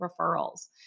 referrals